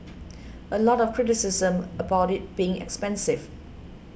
a lot of criticism about it being expensive